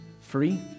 free